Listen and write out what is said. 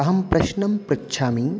अहं प्रश्नं पृच्छामि